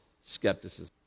skepticism